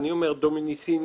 אני קורא לזה דומיניסיני-ניסן,